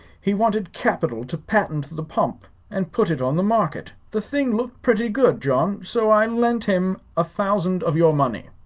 he wanted capital to patent the pump and put it on the market. the thing looked pretty good, john so i lent him a thousand of your money.